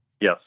Yes